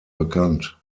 bekannt